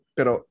Pero